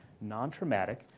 non-traumatic